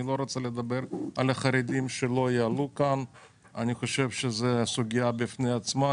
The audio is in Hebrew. אני לא רוצה לדבר על החרדים כי אני חושב שזאת סוגיה בפני עצמה,